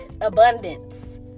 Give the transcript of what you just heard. abundance